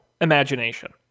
imagination